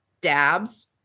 dabs